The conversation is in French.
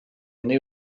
année